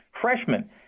freshmen